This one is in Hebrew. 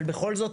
אבל בכל זאת,